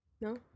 No